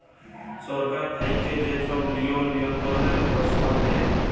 সরকার থ্যাইকে যে ছব লিয়ম লিয়ল্ত্রলের পরস্তাব দেয়